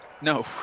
No